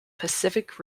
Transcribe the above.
pacific